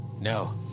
No